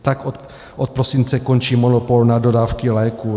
Tak od prosince končí monopol na dodávky léků.